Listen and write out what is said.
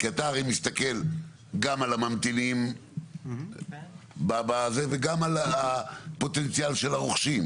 כי אתה הרי מסתכל גם על הממתינים וגם על הפוטנציאל של הרוכשים,